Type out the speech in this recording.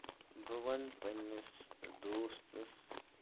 بہٕ وَنہٕ پَنٕنِس دوستس